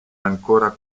ancora